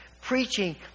preaching